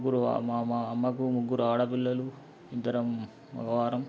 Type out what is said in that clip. ముగ్గురు మా మా అమ్మకు ముగ్గురు ఆడపిల్లలు ఇద్దరం మగవారం